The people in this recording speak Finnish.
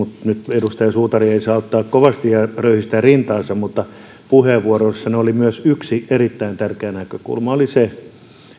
edustaja suutari ei saa kovasti röyhistää rintaansa puheenvuorossanne oli myös yksi erittäin tärkeä näkökulma eli se että